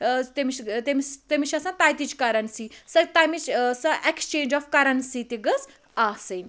تٔمس چھِ تٔمس تٔمس چھِ آسان تَتِچ کَرَنسی سۄ تمِچ سۄ ایٚکسچینٛج آف کَرَنسی تہِ گٔژھ آسٕنۍ